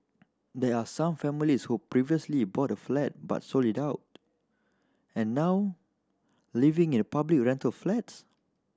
there are some families who previously bought a flat but sold it out and now living in public rental flats